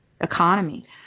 economy